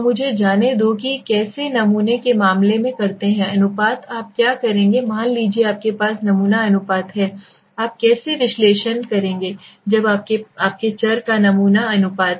तो मुझे जाने दो कि कैसे नमूने के मामले में करते हैं अनुपात आप क्या करेंगे मान लीजिए आपके पास नमूना अनुपात हैं आप कैसे विश्लेषण करेंगे जब आपके चर का नमूना अनुपात